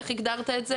איך הגדרת את זה?